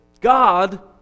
God